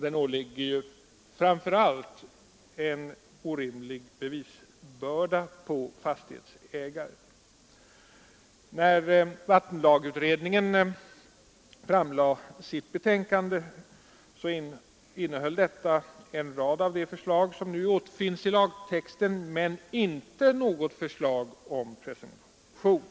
Den ålägger framför allt fastighetsägaren en orimlig bevisbörda. När vattenlagsutredningen framlade sitt betänkande innehöll detta en rad av de förslag som nu återfinns i lagtexten, men inte något förslag om presumtion.